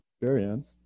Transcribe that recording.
experience